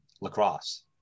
lacrosse